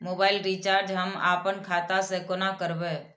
Mobile recharge हम आपन खाता से कोना करबै?